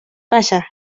passa